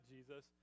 Jesus